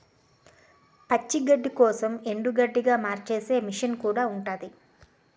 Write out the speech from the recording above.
పచ్చి గడ్డికోసి ఎండుగడ్డిగా మార్చేసే మిసన్ కూడా ఉంటాది